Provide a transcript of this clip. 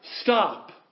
stop